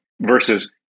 versus